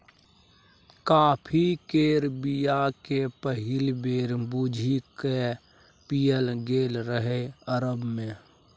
coffee केर बीया केँ पहिल बेर भुजि कए पीएल गेल रहय अरब मे